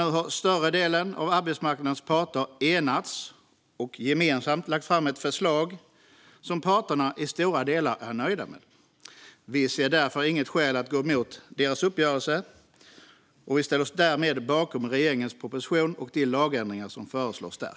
Nu har större delen av arbetsmarknadens parter enats och gemensamt lagt fram ett förslag som parterna i stora delar är nöjda med. Vi ser därför inget skäl att gå emot deras uppgörelse. Vi ställer oss därmed bakom regeringens proposition och de lagändringar som föreslås där.